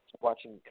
watching